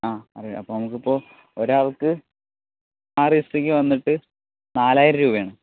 ആ അറിയാ അപ്പൊൾ നമ്മുക്കിപ്പോൾ ഒരാൾക്ക് ആറ് ദിവസത്തേക്ക് വന്നിട്ട് നാലായിരം രൂപയാണ്